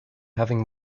having